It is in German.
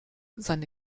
seine